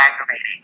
aggravating